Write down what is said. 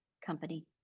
company